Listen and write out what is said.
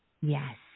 Yes